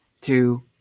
two